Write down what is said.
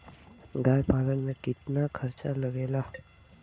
गाय पालन करे में कितना खर्चा लगेला?